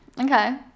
okay